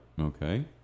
Okay